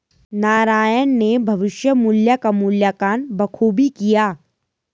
नारायण ने भविष्य मुल्य का मूल्यांकन बखूबी किया